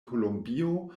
kolombio